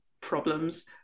problems